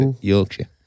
Yorkshire